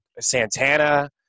Santana